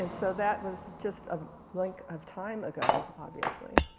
and so that was just a blink of time ago, obviously.